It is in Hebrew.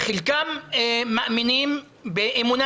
חלקם מאמינים באמונה